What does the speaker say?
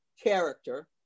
character